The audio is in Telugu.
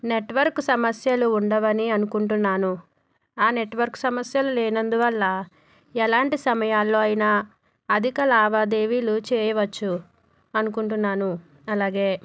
నెట్వర్క్ సమస్యలు ఉండవని అనుకుంటున్నాను ఆ నెట్వర్క్ సమస్యలు లేనందువల్ల ఎలాంటి సమయాల్లో అయినా అధిక లావాదేవీలు చేయవచ్చు అనుకుంటున్నాను అలాగే